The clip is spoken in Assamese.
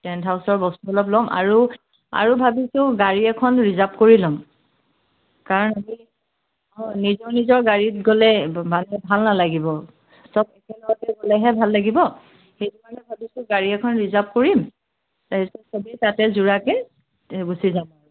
টেণ্ট হাউছৰ বস্তু অলপ ল'ম আৰু আৰু ভাবিছোঁ গাড়ী এখন ৰিজাৰ্ভ কৰি ল'ম কাৰণ আমি নিজৰ নিজৰ গাড়ীত গ'লে মানুহৰ ভা মানে ভাল নালাগিব চব একেলগতে গ'লেহে ভাল লাগিব সেইকাৰণে ভাবিছোঁ গাড়ী এখন ৰিজাৰ্ভ কৰিম তাৰপিছত চবেই তাতে জোৰাকৈ গুচি যাম আৰু